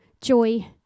joy